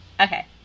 okay